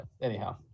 anyhow